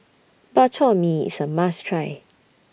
Bak Chor Mee IS A must Try